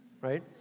Right